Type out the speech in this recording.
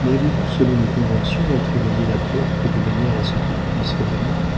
mais avez-vous selon nos conventions entre bâillé la porte de manière qu'il puisse revenir